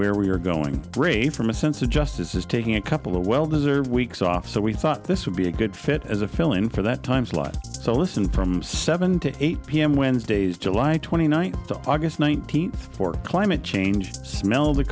where we are going to break from a sense of justice is taking a couple of well deserved weeks off so we thought this would be a good fit as a fill in for that time slot so listen from seven to eight pm wednesdays july twenty ninth of august nineteenth for climate change smell the